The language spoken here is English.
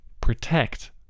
protect